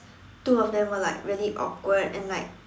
two of them were like really awkward and like